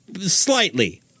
slightly